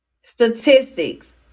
statistics